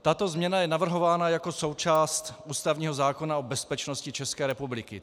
Tato změna je navrhována jako součást ústavního zákona o bezpečnosti České republiky.